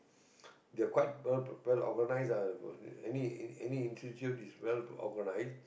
they're quite uh well organised lah but any any institute is well organised